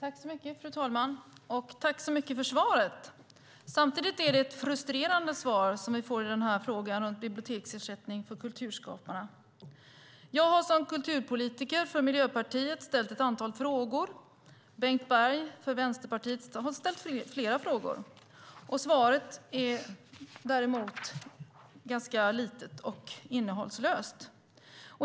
Fru talman! Jag tackar så mycket för svaret. Samtidigt är det ett frustrerande svar vi får om biblioteksersättning för kulturskaparna. Jag har som kulturpolitiker från Miljöpartiet ställt ett antal frågor, och Bengt Berg från Vänsterpartiet har ställt flera frågor. Svaret är däremot ganska kort och innehållslöst.